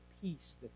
peace